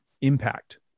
impact